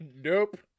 Nope